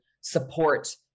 support